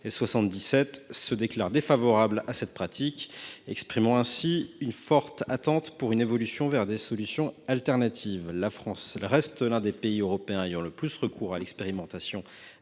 eux se déclarent défavorables à cette pratique, exprimant ainsi une forte attente pour une évolution vers des solutions de rechange. La France reste l’un des pays européens ayant le plus recours à l’expérimentation